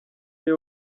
niwe